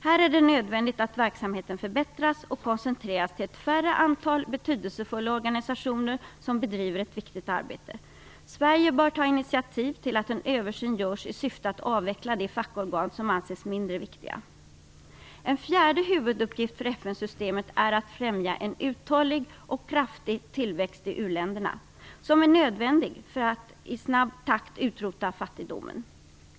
Här är det nödvändigt att verksamheten förbättras och koncentreras till ett mindre antal betydelsefulla organisationer som bedriver ett viktigt arbete. Sverige bör ta initiativ till att en översyn görs i syfte att avveckla de fackorgan som anses mindre viktiga. En fjärde huvuduppgift för FN-systemet är att främja en uthållig och kraftig tillväxt i u-länderna, som är nödvändig för att i snabb takt utrota fattigdomen.